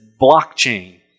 blockchain